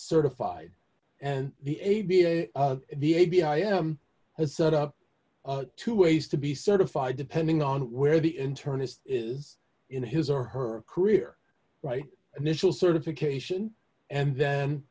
certified and the a b a the a b a i am has set up two ways to be certified depending on where the internist is in his or her career right initial certification and then